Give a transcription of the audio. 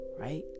right